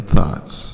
Thoughts